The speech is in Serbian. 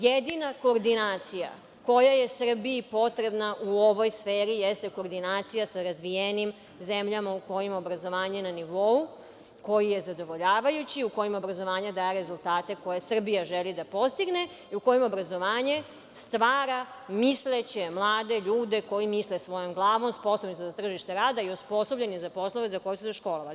Jedina koordinacija koja je Srbiji potrebna u ovoj sferi jeste koordinacija sa razvijenim zemljama u kojoj je obrazovanje na nivou koji je zadovoljavajući, u kojoj obrazovanje daje rezultate koje Srbija želi da postigne, u kojem obrazovanje stvara misleće mlade ljude koji misle svojom glavom, sposobni za tržište rada i osposobljeni za poslove za koje su se školovali.